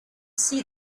see